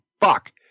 fuck